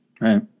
Right